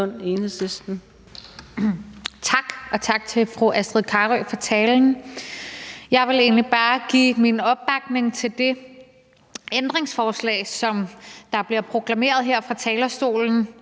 Tak, og tak til fru Astrid Carøe for talen. Jeg vil egentlig bare give min opbakning til det ændringsforslag, som det bliver proklameret her fra talerstolen